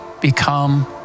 become